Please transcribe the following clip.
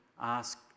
ask